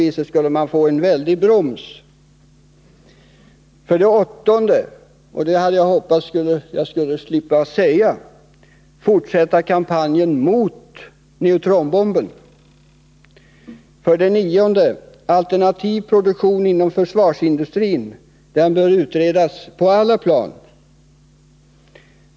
Fortsätta kampanjen mot neutronbomben, något som jag hade hoppats att jag skulle slippa säga. 9. Alternativ produktion inom försvarsindustrin bör utredas på alla plan.